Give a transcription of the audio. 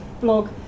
blog